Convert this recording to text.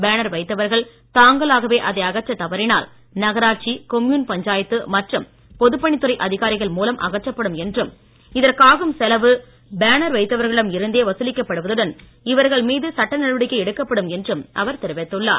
banner வைத்தவர்கள் தாங்களாகவே அதை அகற்றத் தவறினால் நகராட்சி கொம்யூன் பஞ்சாயத்து மற்றும் பொதுப்பணித் துறை அதிகாரிகள் மூலம் அகற்றப்படும் என்றும் இதற்காகும் செலவு பேனர் வைத்தவர்களிடம் இருந்தே வசூலிக்கப் படுவதுடன் இவர்கள் மீது சட்ட நடவடிக்கை எடுக்கப்படும் என்றும் அவர் தெரிவித்துள்ளார்